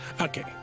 Okay